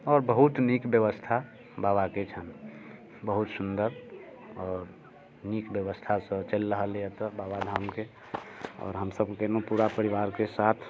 आओर बहुत नीक व्यवस्था बाबाके छनि बहुत सुन्दर आओर नीक व्यवस्था सभ चलि रहल अइ तऽ बाबाधामके आओर हमसभ गेनौ पूरा परिवारके साथ